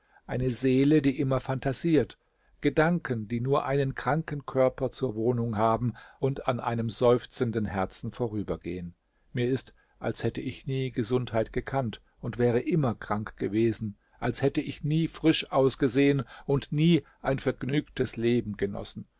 eine seele die immer phantasiert gedanken die nur einen kranken körper zur wohnung haben und an einem seufzenden herzen vorübergehen mir ist als hätte ich nie gesundheit gekannt und wäre immer krank gewesen als hätte ich nie frisch ausgesehen und nie ein vergnügtes leben genossen